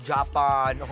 Japan